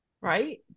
right